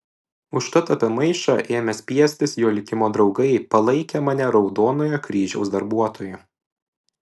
užtat apie maišą ėmė spiestis jo likimo draugai palaikę mane raudonojo kryžiaus darbuotoju